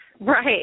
Right